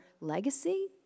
legacy